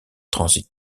transit